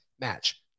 match